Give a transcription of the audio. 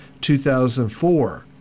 2004